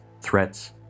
threats